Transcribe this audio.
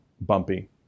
bumpy